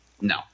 No